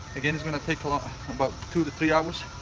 again it's gonna take but about two to three hours.